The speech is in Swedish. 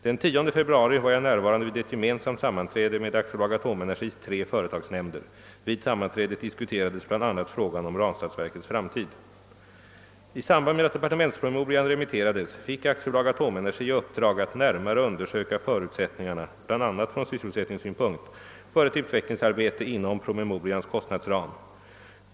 Den 10 februari var jag närvarande vid ett gemensamt sammanträde med AB Atomenergis tre företagsnämnder. Vid sammanträdet diskuterades bl.a. frågan om Ranstadsverkets framtid. I samband med att departementspromemorian remitterades fick AB Atomenergi i uppdrag att närmare undersöka förutsättningarna — bl.a. från SyS selsättningssynpunkt — för ett utvecklingsarbete inom promemorians kostnadsram.